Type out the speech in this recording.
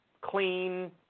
clean